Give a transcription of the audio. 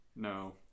no